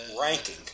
Ranking